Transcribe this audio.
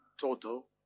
total